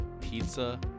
Pizza